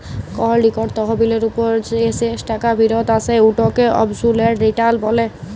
call ইকট তহবিলের উপর যে শেষ টাকা ফিরত আসে উটকে অবসলুট রিটার্ল ব্যলে